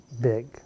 big